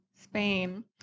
Spain